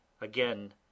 again